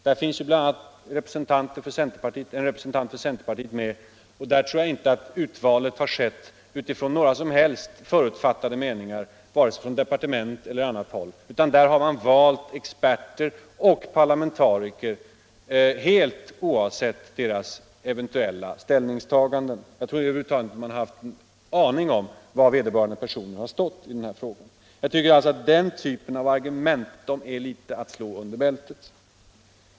Där finns bl.a. en representant för centerpartiet och där tror jag inte att valet har skett från några som helst förutfattade meningar vare sig från departement eller annat håll, utan där har man valt experter och parlamentariker helt oavsett deras eventuella ställningstaganden. Jag tror över huvud taget inte att man har haft en aning om var vederbörande stått i den här frågan. Jag tycker alltså att den typen av argument är litet av att slå under bältet.